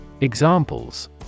Examples